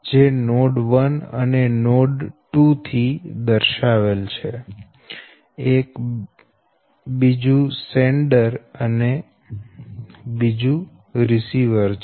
જે નોડ 1 અને નોડ 2 થી દર્શાવેલ છે એક સેન્ડર અને બીજું રિસીવર છે